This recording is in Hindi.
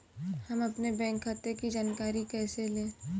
हम अपने बैंक खाते की जानकारी कैसे लें?